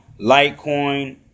Litecoin